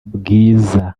bwiza